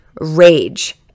rage